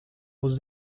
was